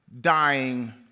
dying